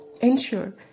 Ensure